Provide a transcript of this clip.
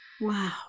wow